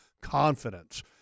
confidence